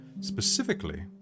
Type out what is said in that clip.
Specifically